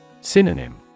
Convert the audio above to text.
Synonym